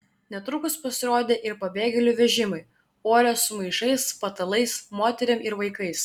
netrukus pasirodė ir pabėgėlių vežimai uorės su maišais patalais moterim ir vaikais